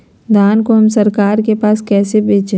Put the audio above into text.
धान को हम सरकार के पास कैसे बेंचे?